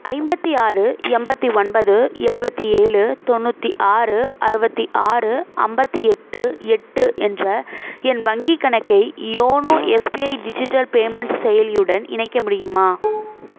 ஐம்பத்தி ஆறு எண்பத்தி ஒன்பது எழுபத்தி ஏழு தொண்ணூற்றி ஆறு அறுபத்தி ஆறு ஐம்பத்தி எட்டு எட்டு என்ற என் வங்கி கணக்கை யோனோ எஸ்பிஐ டிஜிட்டல் பேமெண்ட் செயலியுடன் இணைக்க முடியுமா